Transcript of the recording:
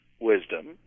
wisdom